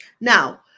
Now